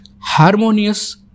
harmonious